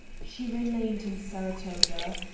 she remained in saratoga.